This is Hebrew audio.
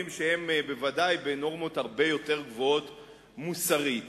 שהם בוודאי בנורמות הרבה יותר גבוהות מוסרית.